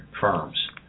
firms